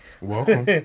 Welcome